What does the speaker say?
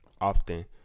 often